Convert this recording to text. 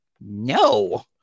No